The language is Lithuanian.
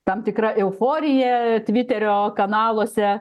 tam tikra euforija tviterio kanaluose